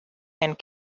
and